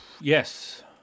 Yes